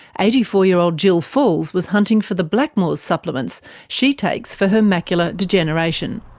eighty four year old jill falls was hunting for the blackmores supplements she takes for her macular degeneration.